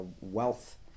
wealth